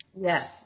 yes